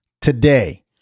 today